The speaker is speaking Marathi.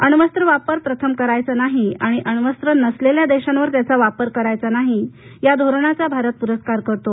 अण्वस्त्र वापर प्रथम करायचं नाही आणि अण्वस्त्र नसलेल्या देशांवर त्याचा वापर करायचा नाही या धोरणाचा भारत पुरस्कार करतो